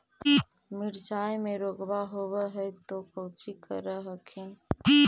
मिर्चया मे रोग्बा होब है तो कौची कर हखिन?